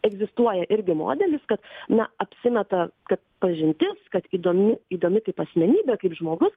egzistuoja irgi modelis kad na apsimeta kad pažintis kad įdom įdomi kaip asmenybė kaip žmogus